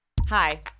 Hi